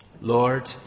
Lord